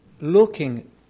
looking